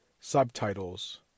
subtitles